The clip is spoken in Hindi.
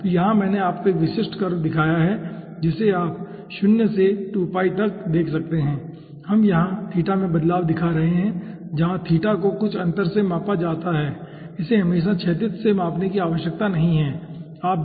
तो यहां मैंने आपको 1 विशिष्ट कर्व दिखाया है जिसे आप शून्य से 2π तक देख सकते हैं हम यहां θ में बदलाव दिखा रहे हैं जहां θ को कुछ अंतर से मापा जाता है इसे हमेशा क्षैतिज से मापने की आवश्यकता नहीं है ठीक है